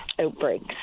outbreaks